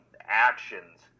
actions